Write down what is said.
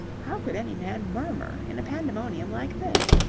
how could any man murmur in a pandemonium like this.